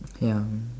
ya